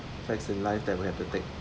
facts in life that would have take